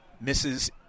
misses